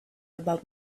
about